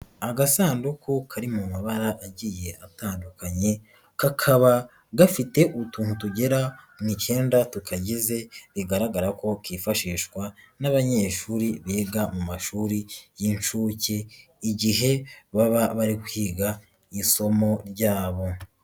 Agasanduku kari mu mabara yagiye atandukanye, kakaba gafite utuntu tugera mu icyenda tutagize, bigaragara ko kifashishwa n'abanyeshuri biga mu mashuri y'inshuke igihe baba bari kwiga isomo ryabo.